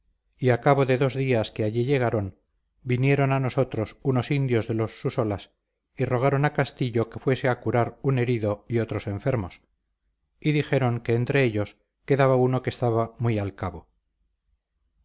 y a cabo de dos días que allí llegaron vinieron a nosotros unos indios de los susolas y rogaron a castillo que fuese a curar un herido y otros enfermos y dijeron que entre ellos quedaba uno que estaba muy al cabo